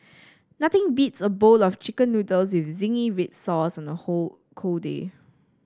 nothing beats a bowl of chicken noodles with zingy red sauce on a cold day